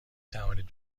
توانید